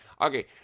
Okay